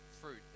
fruit